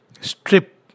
strip